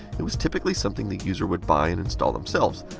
it was typically something the user would buy and install themselves.